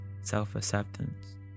self-acceptance